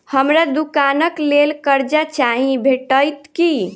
हमरा दुकानक लेल कर्जा चाहि भेटइत की?